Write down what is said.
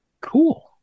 Cool